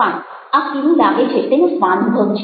પણ આ કેવું લાગે છે તેનો સ્વાનુભવ છે